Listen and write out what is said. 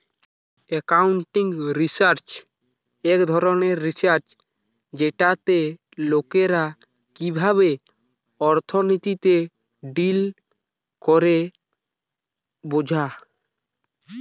accounting research এক ধরণের research যেটাতে লোকরা কিভাবে অর্থনীতিতে ডিল করে বোঝা